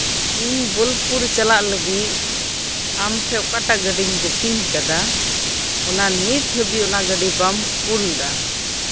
ᱤᱧ ᱵᱚᱞᱯᱩᱨ ᱪᱟᱞᱟᱜ ᱞᱟᱹᱜᱤᱫ ᱟᱢᱴᱷᱮᱱ ᱚᱠᱟᱴᱟᱜ ᱜᱟᱹᱰᱤᱧ ᱵᱩᱠᱤᱝ ᱟᱠᱟᱫᱟ ᱚᱱᱟ ᱱᱤᱛᱦᱟᱹᱵᱤᱡ ᱚᱱᱟ ᱜᱟᱹᱰᱤ ᱵᱟᱢ ᱠᱳᱞᱫᱟ